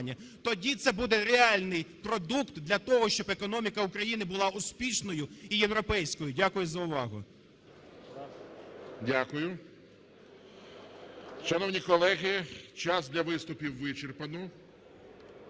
Тоді це буде реальний продукт для того, щоб економіка України була успішною і європейською. Дякую за увагу. ГОЛОВУЮЧИЙ. Дякую. Шановні колеги, час для виступів вичерпано.